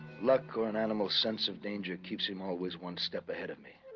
luck or an animal sense of danger keeps him always one step ahead of me